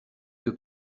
que